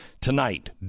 tonight